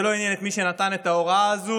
זה לא עניין את מי שנתן את ההוראה הזו,